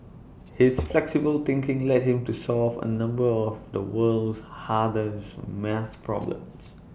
his flexible thinking led him to solve A number of the world's hardest maths problems